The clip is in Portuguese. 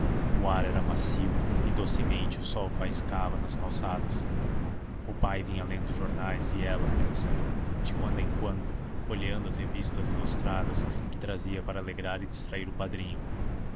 o ar era macio e docemente o sol faiscava nas calçadas o pai vinha lendo os jornais e ela pensando de quando em quando folheando as revistas ilustradas que trazia para alegrar e distrair o padrinho